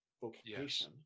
vocation